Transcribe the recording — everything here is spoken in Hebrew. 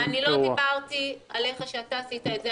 אני לא דיברתי עליך שאתה עשית את זה,